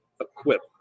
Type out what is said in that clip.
equipped